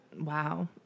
Wow